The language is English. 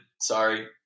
Sorry